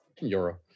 Euro